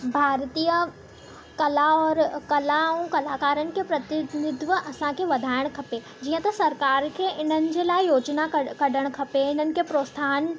भारतीय कला और कला ऐं कलाकारनि खे प्रतिनिधित्व असांखे वधाइणु खपे जीअं त सरकारि खे इन्हनि जे लाइ योजिना कढ कढणु खपे हिननि खे प्रोत्साहन